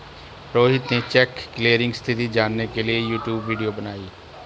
रोहित ने check clearing स्थिति जानने के लिए यूट्यूब वीडियो बनाई